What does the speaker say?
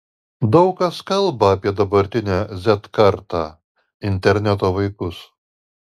daug kas kalba apie dabartinę z kartą interneto vaikus